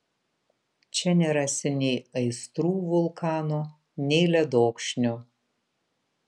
čia nerasi nei aistrų vulkano nei ledokšnio